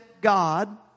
God